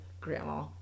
Grandma